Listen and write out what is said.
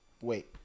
wait